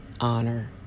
honor